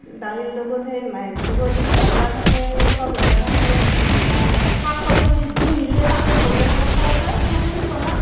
দালিৰ লগত সেই হেৰিৰ লগত ভজা থাকে পতল ভজা থাকে বা শাক পাচলি যি মিলে তাকে বনাই পেলাই খাৱা যায় সেইখিনি বনাওঁ